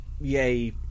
yay